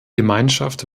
gemeinschaft